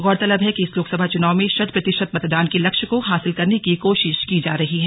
गौरतलब है कि इस लोकसभा चुनाव में शत प्रतिशत मतदान के लक्ष्य को हासिल करने की कोशिश की जा रही है